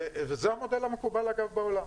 וזה המודל המקובל בעולם.